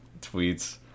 tweets